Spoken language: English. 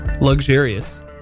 Luxurious